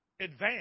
advance